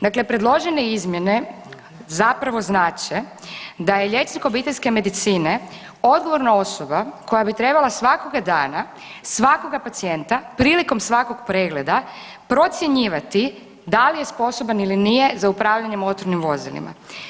Dakle, predložene izmjene zapravo znače da je liječnik obiteljske medicine odgovorna osoba koja bi trebala svakoga dana svakoga pacijenta prilikom svakog pregleda procjenjivati da li je sposoban ili nije za upravljanjem motornim vozilima.